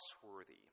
trustworthy